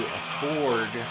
afford